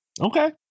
Okay